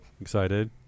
Excited